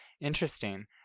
interesting